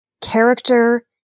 character